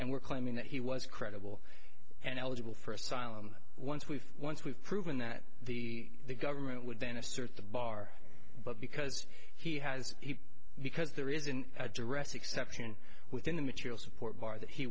and we're claiming that he was credible and eligible for asylum once we've once we've proven that the government would then assert the bar but because he has because there is an address exception within the material support bar that he